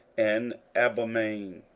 and abelmaim,